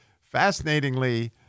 fascinatingly